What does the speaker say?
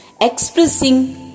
expressing